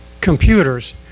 computers